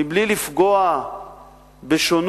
מבלי לפגוע בשונות,